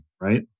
right